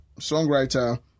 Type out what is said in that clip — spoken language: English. songwriter